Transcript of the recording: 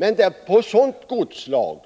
Men när det gäller godsslag